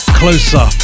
closer